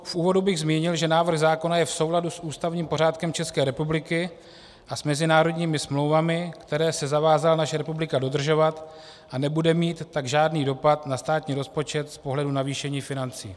V úvodu bych zmínil, že návrh zákona je v souladu s ústavním pořádkem České republiky a s mezinárodními smlouvami, které se zavázala naše republika dodržovat, a nebude mít tak žádný dopad na státní rozpočet z pohledu navýšení financí.